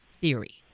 theory